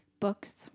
books